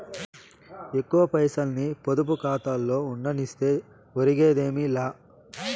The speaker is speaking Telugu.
ఎక్కువ పైసల్ని పొదుపు కాతాలో ఉండనిస్తే ఒరిగేదేమీ లా